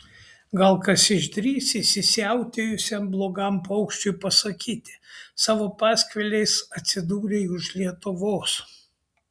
gal kas išdrįs įsisiautėjusiam blogam paukščiui pasakyti savo paskviliais atsidūrei už lietuvos